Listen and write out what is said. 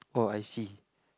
oh I see